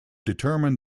determine